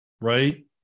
right